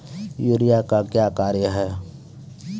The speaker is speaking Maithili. यूरिया का क्या कार्य हैं?